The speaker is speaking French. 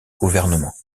gouvernement